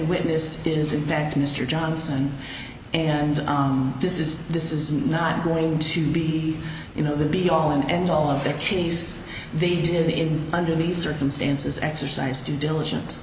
this is in fact mr johnson and this is this is not going to be you know the be all and end all of the case they did in under these circumstances exercise due diligence